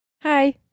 Hi